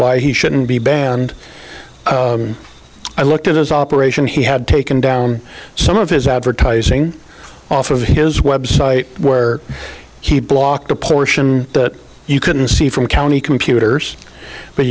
why he shouldn't be banned i looked at his operation he had taken down some of his advertising off of his website where he blocked a portion that you couldn't see from county computers but